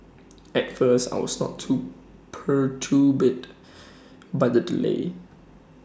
at first I was not too perturbed by the delay